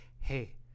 hey